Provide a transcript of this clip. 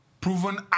proven